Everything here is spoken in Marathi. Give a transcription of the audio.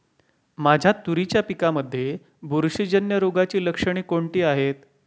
माझ्या तुरीच्या पिकामध्ये बुरशीजन्य रोगाची लक्षणे कोणती आहेत?